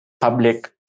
public